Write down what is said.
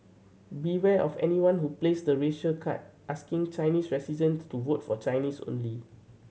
beware of anyone who plays the racial card asking Chinese residents to vote for Chinese only